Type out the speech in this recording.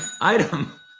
Item